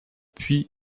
puis